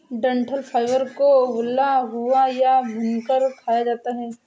डंठल फाइबर को उबला हुआ या भूनकर खाया जाता है